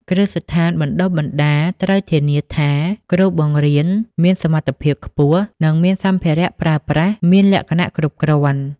គ្រឹះស្ថានបណ្តុះបណ្តាលត្រូវធានាថាគ្រូបង្រៀនមានសមត្ថភាពខ្ពស់ និងសម្ភារៈប្រើប្រាស់មានលក្ខណៈគ្រប់គ្រាន់។